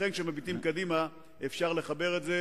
לכן, כשמביטים קדימה אפשר לחבר את זה,